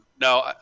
No